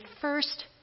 first